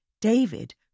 David